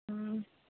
অঁ